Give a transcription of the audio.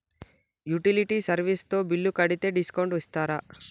Utility service తో bill కడితే discount ఇస్తరా?